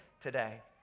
today